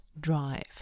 drive